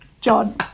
John